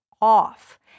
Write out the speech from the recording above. off